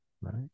right